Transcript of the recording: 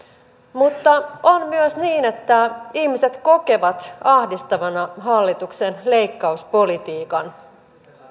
mutta on myös niin että ihmiset kokevat ahdistavana hallituksen leikkauspolitiikan